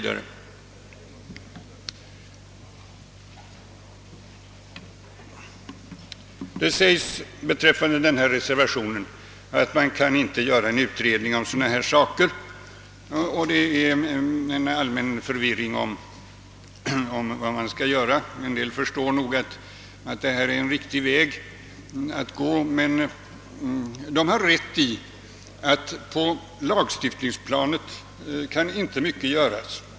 Det säges beträffande denna reservation att man inte kan göra en utredning om sådana saker, och det råder en allmän förvirring i fråga om vad man skall göra. En del förstår nog att detta är en riktig väg att gå, men de har rätt i att det inte är mycket som kan göras på lagstiftningsplanet.